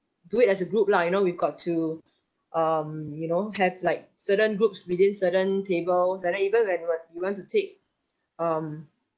do it as a group lah you know we've got to um you know have like certain groups within certain tables and then even when when we want to take um